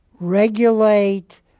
regulate